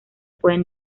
pueden